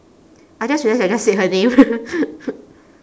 I just realised I just said her name